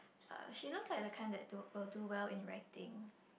uh she looks like the kind that do will do well in the writing